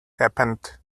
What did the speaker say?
happened